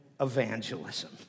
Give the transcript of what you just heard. evangelism